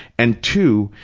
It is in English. and two,